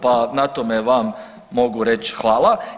Pa na tome vam mogu reći hvala.